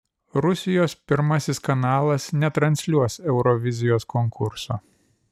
rusijos pirmasis kanalas netransliuos eurovizijos konkurso